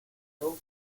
show